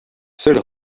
seul